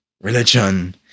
religion